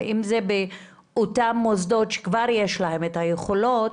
אם זה באותם מוסדות שכבר יש להם את היכולות,